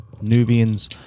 Nubians